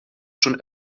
schon